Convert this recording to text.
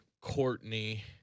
Courtney